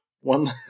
one